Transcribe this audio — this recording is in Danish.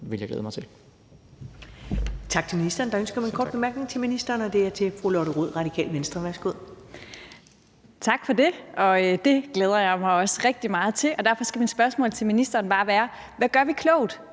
vil jeg glæde mig til.